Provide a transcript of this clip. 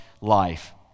life